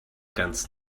ganz